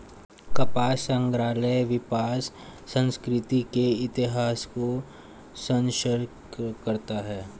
कपास संग्रहालय कपास संस्कृति के इतिहास को संरक्षित करता है